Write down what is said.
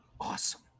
Awesome